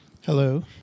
Hello